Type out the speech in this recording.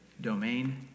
domain